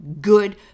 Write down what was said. good